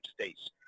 states